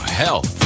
health